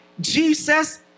Jesus